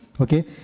Okay